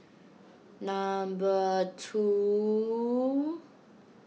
number two